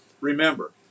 Remember